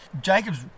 Jacob's